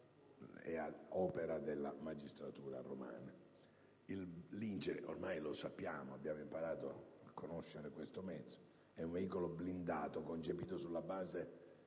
aperta dalla magistratura romana. Il Lince, ormai lo sappiamo - abbiamo imparato a conoscere questo mezzo - è un veicolo blindato concepito sulla base